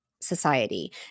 society